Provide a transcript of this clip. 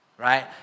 Right